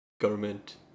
government